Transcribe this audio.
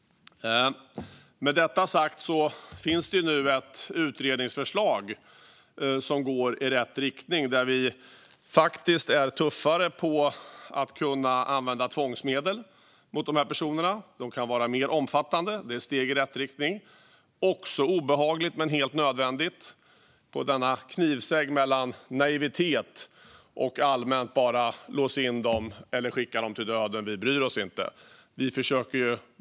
Med detta sagt finns det nu ett utredningsförslag som går i rätt riktning, där vi faktiskt är tuffare när det gäller att kunna använda mer omfattande tvångsmedel mot dessa personer. Detta är ett steg i rätt riktning. Det är också obehagligt men helt nödvändigt på denna knivsegg mellan naivitet och den allmänna inställningen att de bara ska låsas in eller skickas till döden utan att vi bryr oss.